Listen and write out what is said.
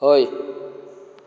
हय